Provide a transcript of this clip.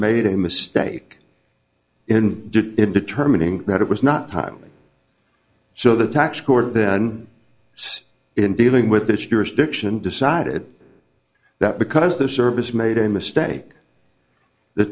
made a mistake in did in determining that it was not timely so the tax court then in dealing with this jurisdiction decided that because the service made a mistake the